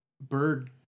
bird